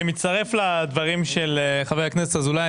אני מצטרף לדברים של חבר הכנסת אזולאי.